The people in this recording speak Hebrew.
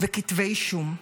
וכתבי אישום,